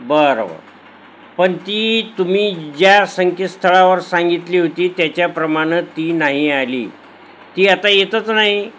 बरं बरं पण ती तुम्ही ज्या संकेतस्थळावर सांगितली होती त्याच्याप्रमाणं ती नाही आली ती आता येतच नाही